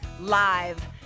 Live